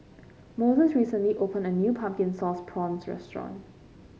Moses recently opened a new Pumpkin Sauce Prawns restaurant